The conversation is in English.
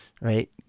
right